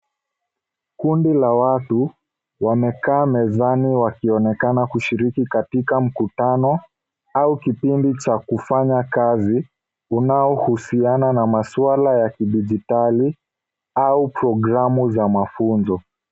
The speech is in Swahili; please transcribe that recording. Kundi la watu wamekaa mezani wakionekana kushiriki katika mkutano au kipindi cha kufanya kazi unaohusiana na masuala ya kidijitali au programu za mafunzo.